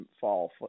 fall